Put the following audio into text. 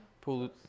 pull